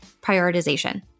prioritization